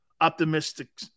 optimistic